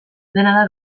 dena